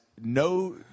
no